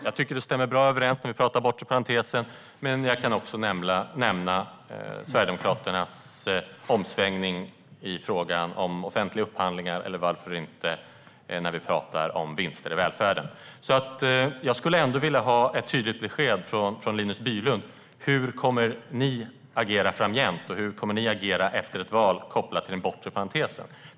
Jag tycker att det stämmer bra överens med diskussionen om den bortre parentesen, men jag kan också nämna Sverigedemokraternas omsvängning i frågan om offentliga upphandlingar eller varför inte frågan om vinster i välfärden. Jag skulle ändå vilja ha ett tydligt besked från Linus Bylund. Hur kommer ni att agera framdeles? Hur kommer ni att agera efter ett val vad gäller den bortre parentesen?